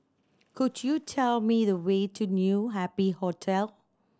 could you tell me the way to New Happy Hotel